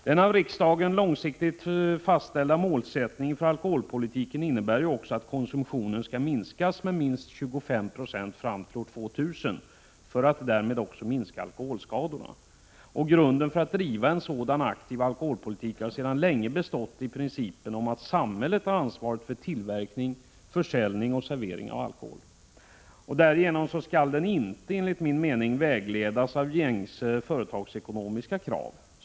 Det av riksdagen långsiktigt fastställda målet för alkoholpolitiken innebär att konsumtionen skall minskas med minst 25 960 fram till år 2000 och att därmed också alkoholskadorna skall minska. Grunden för att driva en sådan aktiv alkoholpolitik har sedan länge bestått i principen om att samhället har ansvaret för tillverkning, försäljning och servering av alkohol. Därigenom skall man inte enligt min mening vägledas av gängse företagsekonomiska krav.